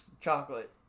chocolate